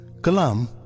Kalam